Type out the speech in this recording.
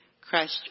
crushed